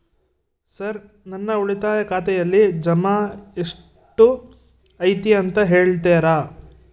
Sir ನನ್ನ ಉಳಿತಾಯ ಖಾತೆಯಲ್ಲಿ ಜಮಾ ಎಷ್ಟು ಐತಿ ಅಂತ ಹೇಳ್ತೇರಾ?